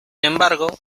embargo